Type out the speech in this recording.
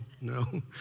no